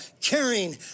Caring